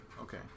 Okay